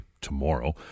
tomorrow